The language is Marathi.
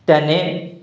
त्याने